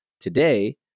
today